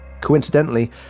Coincidentally